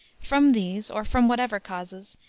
from these, or from whatever causes,